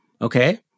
okay